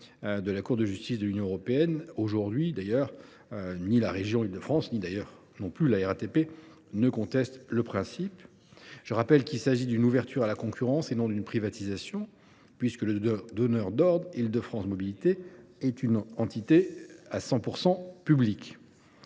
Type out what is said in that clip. de la Cour de justice de l’Union européenne. Aujourd’hui, ni la région Île de France ni la RATP n’en contestent le principe. Je le rappelle, il s’agit d’une ouverture à la concurrence, et non d’une privatisation, puisque le donneur d’ordre, Île de France Mobilités, reste une entité 100 % publique.